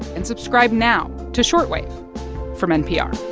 and subscribe now to short wave from npr